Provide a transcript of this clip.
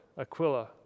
Aquila